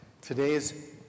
today's